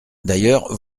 d’ailleurs